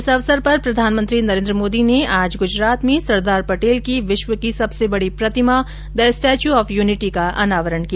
इस अवसर पर प्रधानमंत्री नरेन्द्र मोदी ने आज गुजरात में सरदार पटेल की विश्व की सबसे बड़ी प्रतिमा द स्टैच्यू ऑफ यूनिटी का अनावरण किया